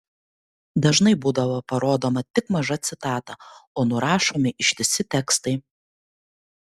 dažnai būdavo parodoma tik maža citata o nurašomi ištisi tekstai